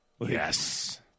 Yes